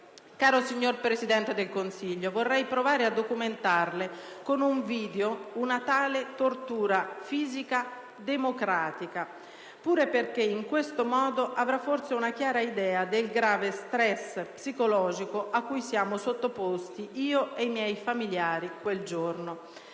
Caro signor Presidente del Consiglio, vorrei provare a documentarle con un video una tale tortura fisica "democratica", pure perché, in questo modo, avrà forse una chiara idea del grave "stress" psicologico a cui siamo sottoposti io e i miei familiari quel giorno.